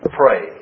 pray